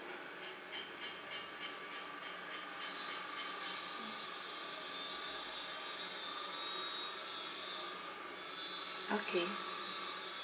okay